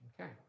Okay